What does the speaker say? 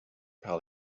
par